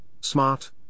smart